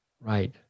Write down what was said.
Right